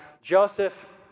Joseph